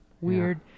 Weird